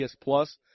Plus